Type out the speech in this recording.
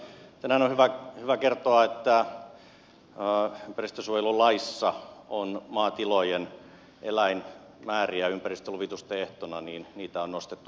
tänään on hyvä kertoa että ympäristönsuojelulaissa on maatilojen eläinmääriä ympäristöluvitusten ehtona ja niitä on nostettu kauttaaltaan